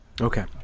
Okay